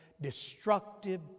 destructive